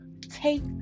take